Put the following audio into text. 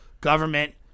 government